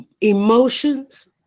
emotions